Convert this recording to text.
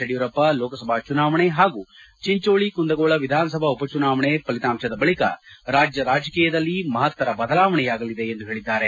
ಯಡಿಯೂರಪ್ಪ ಲೋಕಸಭಾ ಚುನಾವಣೆ ಹಾಗೂ ಚಿಂಜೋಳಿ ಕುಂದಗೋಳ ವಿಧಾನಸಭಾ ಉಪ ಚುನಾವಣೆ ಫಲಿತಾಂಶದ ಬಳಿಕ ರಾಜ್ಯ ರಾಜಕೀಯದಲ್ಲಿ ಮಹತ್ತರ ಬದಲಾವಣೆಯಾಗಲಿದೆ ಎಂದು ಹೇಳಿದ್ದಾರೆ